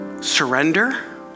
surrender